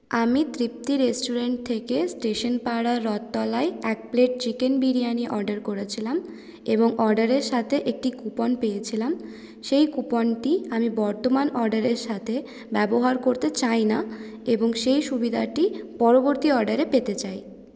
আমি তৃপ্তি রেস্টুরেন্ট থেকে স্টেশন পাড়া রথতলায় এক প্লেট চিকেন বিরিয়ানি অর্ডার করেছিলাম এবং অর্ডারের সাথে একটি কুপন পেয়েছিলাম সেই কুপনটি আমি বর্তমান অর্ডারের সাথে ব্যবহার করতে চাই না এবং সেই সুবিধাটি পরবর্তী অর্ডারে পেতে চাই